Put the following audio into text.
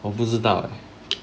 我不知道 leh